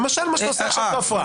למשל מה שאתה עושה עכשיו זה הפרעה.